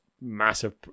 massive